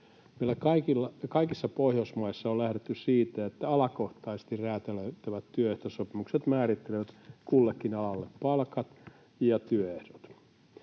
Kaikissa Pohjoismaissa on lähdetty siitä, että alakohtaisesti räätälöitävät työehtosopimukset määrittelevät kullekin alalle palkat ja työehdot.